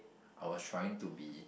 I was trying to be